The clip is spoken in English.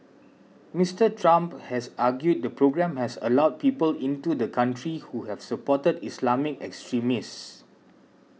Mister Trump has argued the programme has allowed people into the country who have supported Islamic extremists